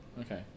Okay